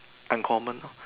uncommon lor